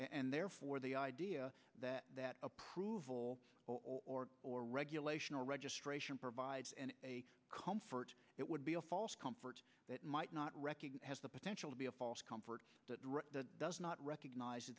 and therefore the idea that that approval or regulation or registration provides comfort it would be a false comfort that might not recognize has the potential to be a false comfort that does not recognize